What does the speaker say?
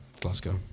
Glasgow